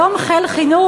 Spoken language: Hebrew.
היום חיל חינוך,